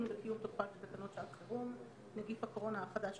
ולקיום תוקפן של תקנות שעת חירום (נגיף הקורונה החדש,